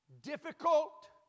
difficult